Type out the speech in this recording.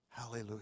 Hallelujah